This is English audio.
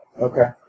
Okay